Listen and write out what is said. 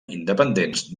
independents